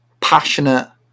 passionate